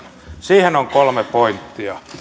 siihen on kolme pointtia